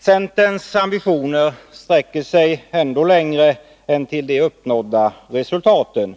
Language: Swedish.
Centerns ambitioner sträcker sig ändå längre än till de uppnådda resultaten.